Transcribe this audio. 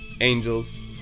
angels